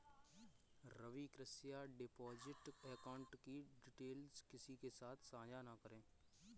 रवि, कृप्या deposit account की details किसी के साथ सांझा न करें